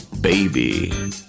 baby